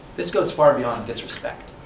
this goes far beyond disrespect.